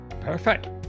perfect